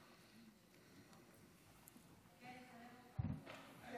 אתה